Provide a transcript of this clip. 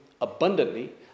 abundantly